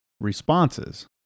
responses